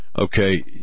Okay